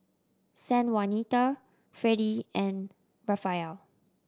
Sanjuanita Freddy and Rafael